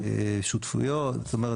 מהשותפויות - זאת אומרת,